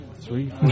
Three